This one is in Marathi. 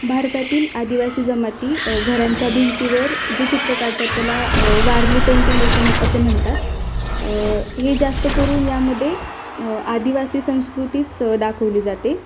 भारतातील आदिवासी जमाती घरांच्या भिंतीवर जे चित्र काढतात त्याला वारली पेंटिंग असे असे म्हणतात हे जास्त करून यामध्ये आदिवासी संस्कृतीच दाखवली जाते